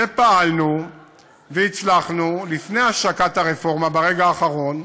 פעלנו והצלחנו לפני השקת הרפורמה, ברגע האחרון,